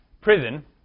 prison